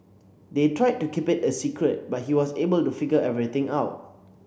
they tried to keep it a secret but he was able to figure everything out